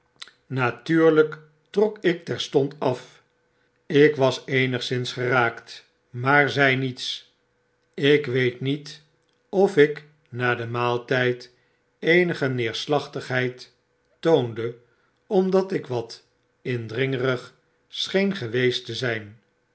natuurlijk trok ik terstond af ik was eenigszins geraakt raaar zei niets ik weetniet ofik na den maaltijd eenige neerslachtigheid toonde omdat ik wat indringerig scheen geweest te zijn